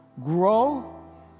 grow